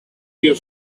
your